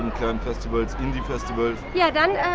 festivals, indie festivals. yeah